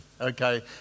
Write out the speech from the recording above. Okay